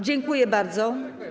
Dziękuję bardzo.